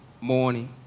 morning